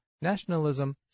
nationalism